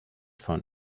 found